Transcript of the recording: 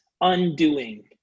undoing